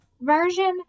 version